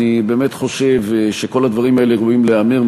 אני באמת חושב שכל הדברים האלה ראויים להיאמר,